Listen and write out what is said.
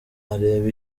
areba